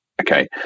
Okay